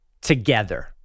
Together